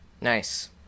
Nice